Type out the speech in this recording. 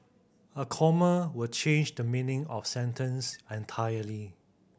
a comma will change the meaning of sentence entirely